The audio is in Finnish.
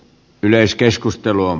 yleiskeskustelu on